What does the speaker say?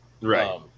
Right